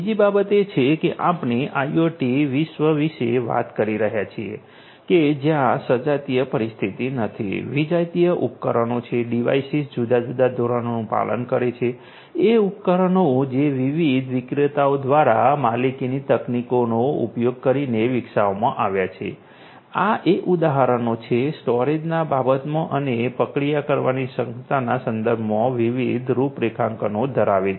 બીજી બાબત એ છે કે આપણે આઇઓટી વિશ્વ વિષે વાત કરી રહ્યા છીએ કે જ્યાં સજાતીય પરિસ્થિતિ નથી વિજાતીય ઉપકરણો છે ડિવાઇસીસ જુદા જુદા ધોરણોનું પાલન કરે છે એ ઉપકરણો જે વિવિધ વિક્રેતાઓ દ્વારા માલિકીની તકનીકનો ઉપયોગ કરીને વિકસાવવામાં આવ્યા છે આ એ ઉપકરણો છે સ્ટોરેજના બાબતમાં અને પ્રક્રિયા કરવાની ક્ષમતાના સંદર્ભમાં વિવિધ રૂપરેખાંકનો ધરાવે છે